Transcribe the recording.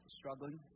struggling